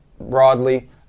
broadly